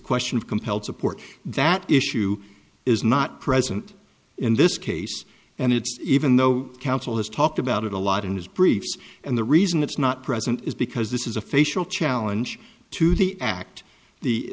question of compelled support that issue is not present in this case and it's even though counsel has talked about it a lot in his briefs and the reason that's not present is because this is a facial challenge to the act the